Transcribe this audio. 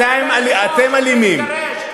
כשאתה בא עם זה כדי לכבוש,